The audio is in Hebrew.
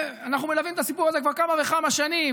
אנחנו מלווים את הסיפור הזה כבר כמה וכמה שנים,